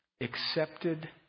accepted